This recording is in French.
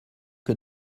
que